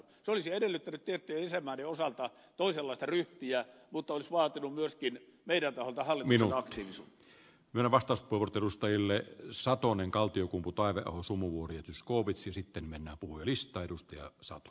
se olisi edellyttänyt tiettyjen lisämäärien osalta toisenlaista ryhtiä muutosvaatimuskin edetä otahalli minun siis narvasta kun edustajille on saatu unen kaltiokumpu mutta se olisi vaatinut myöskin meidän taholta hallituksen aktiivisuutta